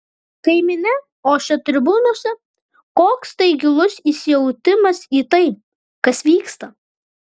kai minia ošia tribūnose koks tai gilus įsijautimas į tai kas vyksta